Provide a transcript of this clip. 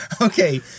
Okay